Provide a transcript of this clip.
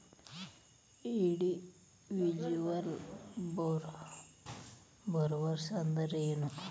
Individual borrowers ಅಂದ್ರೇನು?